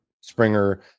Springer